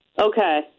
Okay